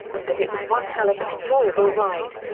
and that it was one hell of an enjoyable ride.